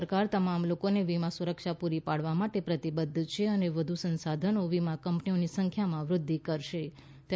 સરકાર તમામ લોકોને વીમા સુરક્ષા પૂરી પાડવા માટે પ્રતિબદ્ધ છે અને વધુ સંસાધનો વીમા કંપનીઓની સંખ્યામાં વૃદ્ધિ કરશેતે